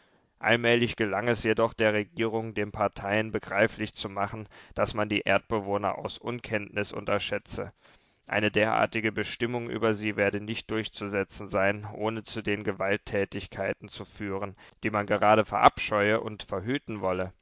allmählich gelang es jedoch der regierung den parteien begreiflich zu machen daß man die erdbewohner aus unkenntnis unterschätze eine derartige bestimmung über sie werde nicht durchzusetzen sein ohne zu den gewalttätigkeiten zu führen die man gerade verabscheue und verhüten wolle